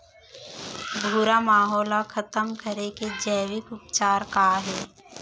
भूरा माहो ला खतम करे के जैविक उपचार का हे?